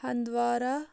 Handwara